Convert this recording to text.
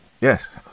yes